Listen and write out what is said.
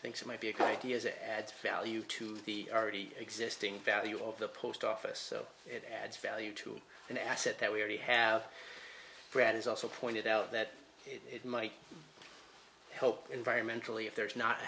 thinks it might be a cranky as it adds value to the already existing value of the post office so it adds value to an asset that we already have brad is also pointed out that it mike help environmentally if there's not